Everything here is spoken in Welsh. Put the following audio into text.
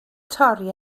torri